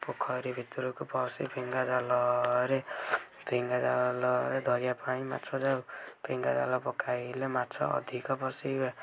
ପୋଖରୀ ଭିତରକୁ ପଶି ଫିଙ୍ଗା ଜାଲରେ ଫିଙ୍ଗା ଜାଲରେ ଧରିବା ପାଇଁ ମାଛ ଯାଉ ଫିଙ୍ଗାଜାଲ ପକାଇଲେ ମାଛ ଅଧିକ ପଶିବେ